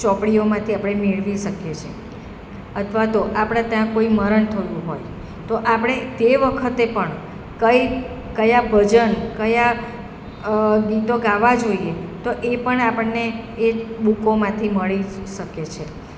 ચોપડીઓમાંથી આપણે મેળવી શકીએ છીએ અથવા તો આપણા ત્યાં કોઈ મરણ થયું હોય તો આપણે તે વખતે પણ કંઈ કયા ભોજન કયા ગીતો ગાવા જોઈએ તો એ પણ આપણને એ બૂકોમાંથી મળી શકે છે